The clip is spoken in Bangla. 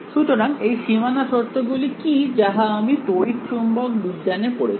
সুতরাং এই সীমানা শর্তগুলি কি যাহা আমরা তড়িচ্চুম্বক বিজ্ঞানে পড়েছি